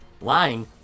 lying